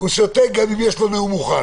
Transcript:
הוא שותק, גם אם יש לו נאום מוכן.